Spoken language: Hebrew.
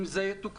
אם זה יתוקן,